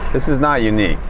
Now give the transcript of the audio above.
this is not unique.